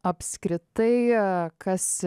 apskritai kas